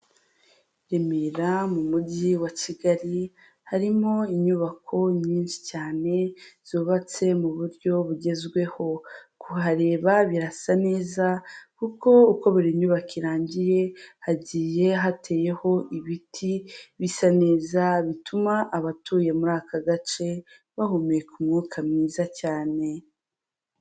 Remera, mu mujyi wa Kigali harimo inyubako nyinshi cyane, zubatse mu buryo bugezweho. Kuhareba birasa neza, kuko uko buri nyubako irangiye, hagiye hateyeho ibiti bisa neza, bituma abatuye muri aka gace bahumeka umwuka mwiza cyane.